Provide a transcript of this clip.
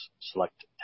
select